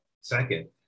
Second